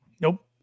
Nope